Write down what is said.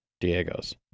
Diego's